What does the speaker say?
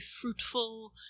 fruitful